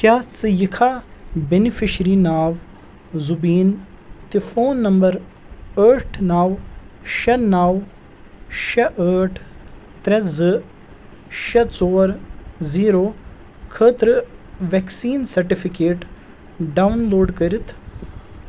کیٛاہ ژٕ یِکھا بینِفیشرِی ناو زُبیٖن تہٕ فون نمبر ٲتھ نو شےٚ نو شےٚ ٲٹھ ترٛےٚ زٕ شےٚ ژور زیٖرو خٲطرٕ ویکسیٖن سرٹِفکیٹ ڈاؤن لوڈ کٔرِتھ؟